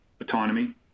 autonomy